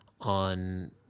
on